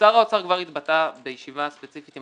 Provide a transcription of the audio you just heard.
שר האוצר כבר התבטא בישיבה ספציפית עם